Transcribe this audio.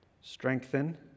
strengthen